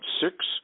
six